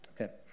Okay